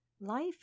Life